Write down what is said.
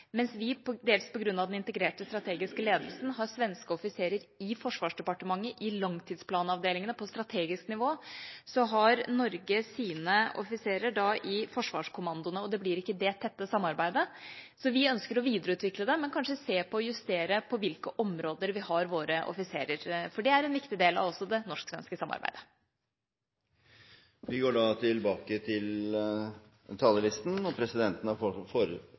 Mens vi, dels på grunn av den integrerte strategiske ledelsen, har svenske offiserer i Forsvarsdepartementet, i langtidsplanavdelingene, på strategisk nivå, har Norge sine offiserer i forsvarskommandoene. Og da blir det ikke det tette samarbeidet. Så vi ønsker å videreutvikle det, men kanskje se på og justere på hvilke områder vi har våre offiserer. For det er også en viktig del av det norsk-svenske samarbeidet. Presidenten vil foreslå at sakene nr. 2 og 3 behandles under ett. – Ingen innvendinger har